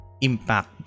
impact